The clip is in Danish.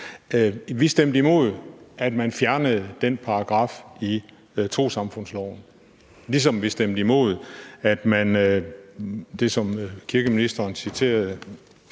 Vi stemte imod, at man fjernede den paragraf i trossamfundsloven. Ligesom vi stemte imod det, som kirkeministeren citerede